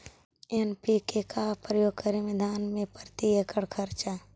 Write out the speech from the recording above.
NPK का प्रयोग करे मे धान मे प्रती एकड़ खर्चा?